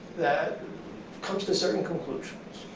that comes to certain conclusions.